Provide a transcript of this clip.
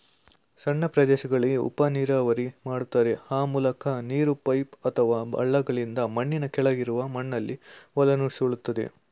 ಸಣ್ಣ ಪ್ರದೇಶಗಳಲ್ಲಿ ಉಪನೀರಾವರಿ ಮಾಡ್ತಾರೆ ಆ ಮೂಲಕ ನೀರು ಪೈಪ್ ಅಥವಾ ಹಳ್ಳಗಳಿಂದ ಮಣ್ಣಿನ ಕೆಳಗಿರುವ ಮಣ್ಣಲ್ಲಿ ಒಳನುಸುಳ್ತದೆ